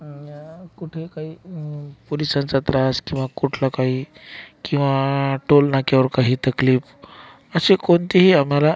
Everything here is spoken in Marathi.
आम्हाला कुठे काही पोलिसांचा त्रास किंवा कुठलं काही किंवा टोल नाक्यावर काही तकलीफ असे कोणतेही आम्हाला